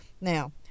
Now